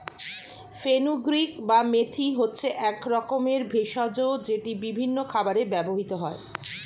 fenugreek বা মেথি হচ্ছে এক রকমের ভেষজ যেটি বিভিন্ন খাবারে ব্যবহৃত হয়